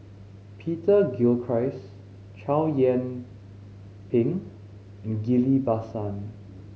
Peter Gilchrist Chow Yian Ping and Ghillie Basan